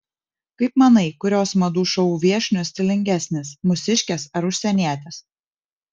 kaip manai kurios madų šou viešnios stilingesnės mūsiškės ar užsienietės